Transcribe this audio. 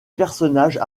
personnages